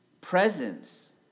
presence